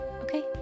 Okay